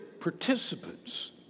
participants